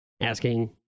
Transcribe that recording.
asking